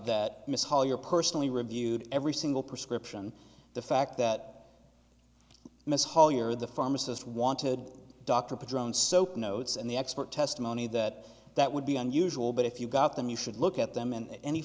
that mr hall you're personally reviewed every single prescription the fact that mess hall you're the pharmacist wanted dr patel and soap notes and the expert testimony that that would be unusual but if you got them you should look at them and any